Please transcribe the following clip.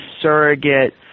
surrogate